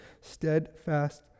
steadfast